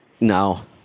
no